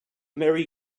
merry